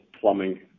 plumbing